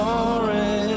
Sorry